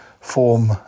form